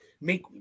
make